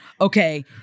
Okay